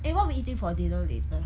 eh what we eating for dinner later